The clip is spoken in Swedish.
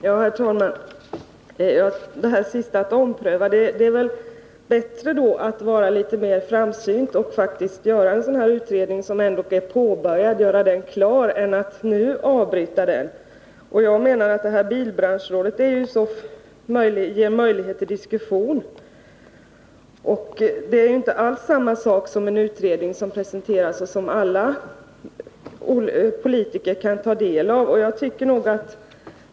Herr talman! Beträffande det sista som industriministern sade om möjligheten till omprövning: Det är väl bättre att vara litet mer framsynt och färdigställa en utredning som ändå är påbörjad i stället för att som nu avbryta den. Bilbranschrådet ger visserligen möjlighet till diskussioner. Men det är inte alls samma sak som att ha en utredning som sedan presenteras och som alla politiker kan ta del av.